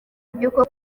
ry’uko